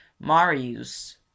Marius